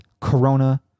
Corona